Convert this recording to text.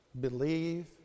believe